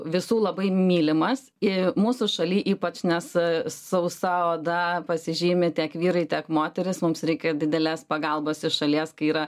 visų labai mylimas i mūsų šaly ypač nes sausa oda pasižymi tiek vyrai tiek moterys mums reikia didelės pagalbos iš šalies kai yra